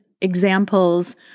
examples